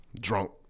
drunk